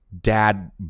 dad